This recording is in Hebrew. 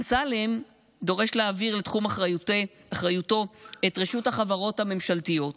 אמסלם דורש להעביר לתחום אחריותו את רשות החברות הממשלתיות,